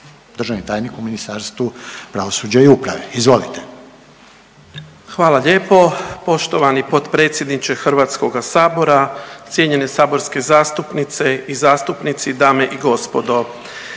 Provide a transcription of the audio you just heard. državni tajnik u Ministarstvu pravosuđa i uprave. Izvolite. **Rukavina, Sanjin** Hvala lijepo. Poštovani potpredsjedniče Hrvatskoga sabora, cijenjene saborske zastupnice i zastupnici, dame i gospodo.